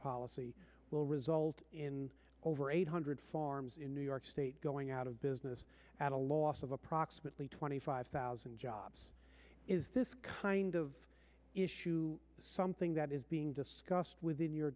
policy will result in over eight hundred farms in new york state going out of business at a loss of approximately twenty five thousand jobs is this kind of issue something that is being discussed within your